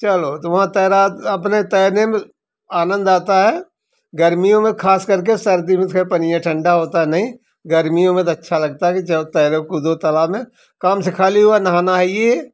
चलो तो वहाँ तैरा अपने तैरने में आनंद आता है गर्मियों में खासकर के सर्दी में से पानी ठंडा होता नहीं गर्मियों में तो अच्छा लगता है कि जब तैरो कूदो तालाब में काम से खाली हुआ नहाना है ये